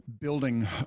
building